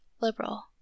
liberal